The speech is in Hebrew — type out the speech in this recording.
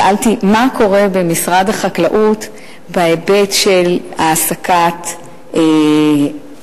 שאלתי מה קורה במשרד החקלאות מהבחינה של העסקת ערבים,